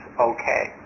okay